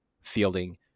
fielding